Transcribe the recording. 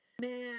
man